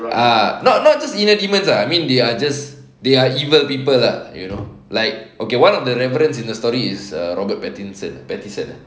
ah not not just inner demons ah I mean they are just they are evil people ah you know like okay one of the reverence in the story is ah robert pattison